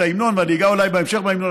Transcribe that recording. ואני אגע אולי בהמשך בהמנון,